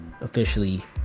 officially